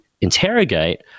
interrogate